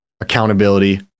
accountability